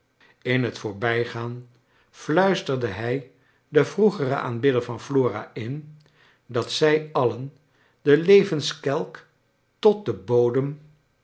in het voorbrjgaan fluisterde hij den vroegeren aanbidder van flora in dat zij alien de levenskelk tot den bodem